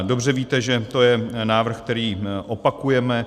Dobře víte, že to je návrh, který opakujeme.